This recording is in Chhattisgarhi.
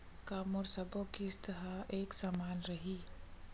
का मोर सबो किस्त ह एक समान रहि?